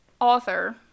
author